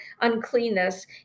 uncleanness